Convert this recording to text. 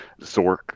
Zork